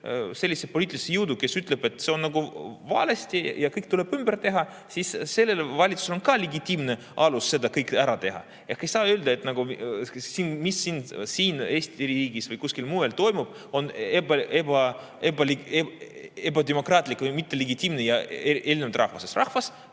sellist poliitilist jõudu, kes ütleb, et see on valesti ja kõik tuleb ümber teha, siis ka sellel valitsusel on legitiimne alus seda kõike teha. Ei saa öelda, et see, mis siin Eesti riigis või kuskil mujal toimub, on ebademokraatlik või mittelegitiimne ja erineb rahva [tahtest].